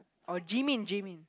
or Ji Min Ji Min